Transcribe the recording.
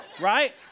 Right